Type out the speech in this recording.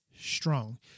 strong